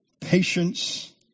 patience